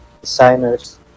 designers